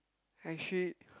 actually